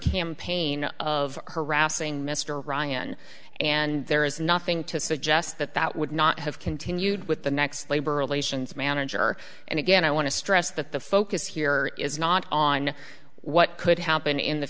campaign of harassing mr ryan and there is nothing to suggest that that would not have continued with the next labor relations manager and again i want to stress that the focus here is not on what could happen in the